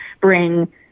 bring